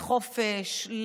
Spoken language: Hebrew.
לחופש,